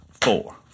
four